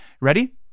ready